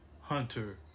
Hunter